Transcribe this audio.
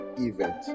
event